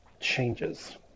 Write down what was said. changes